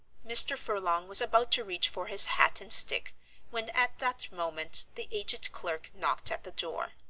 mr. furlong was about to reach for his hat and stick when at that moment the aged clerk knocked at the door.